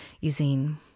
using